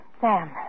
Sam